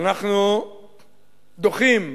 אנחנו דוחים,